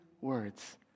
words